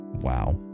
wow